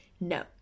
no